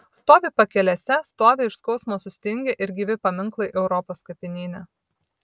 stovi pakelėse stovi iš skausmo sustingę it gyvi paminklai europos kapinyne